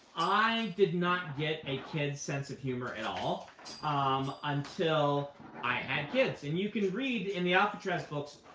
i did not get a kid's sense of humor at all um until i had kids. and you can read in the alcatraz books,